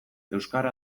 euskara